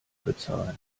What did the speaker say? bezahlen